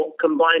combined